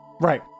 Right